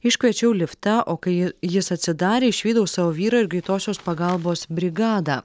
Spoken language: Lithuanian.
iškviečiau liftą o kai ji jis atsidarė išvydau savo vyrą ir greitosios pagalbos brigadą